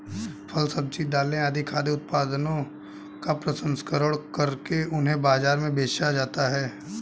फल, सब्जी, दालें आदि खाद्य उत्पादनों का प्रसंस्करण करके उन्हें बाजार में बेचा जाता है